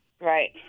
Right